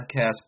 podcast